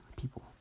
people